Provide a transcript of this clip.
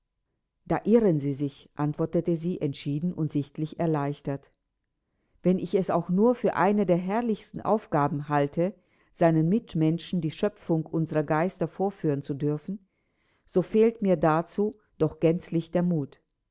da irren sie sich antwortete sie entschieden und sichtlich erleichtert wenn ich es auch für eine der herrlichsten aufgaben halte seinen mitmenschen die schöpfungen großer geister vorführen zu dürfen so fehlt mir doch dazu gänzlich der mut